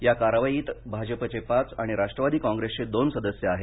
या कारवाईत भाजपचे पाच आणि राष्ट्रवादी कॉप्रेसचे दोन सदस्य आहेत